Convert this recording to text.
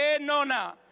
nona